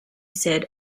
said